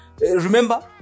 Remember